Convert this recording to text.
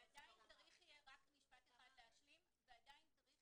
צריך רק משפט אחד להשלים ועדיין יהיה צריך